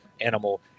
animal